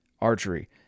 Archery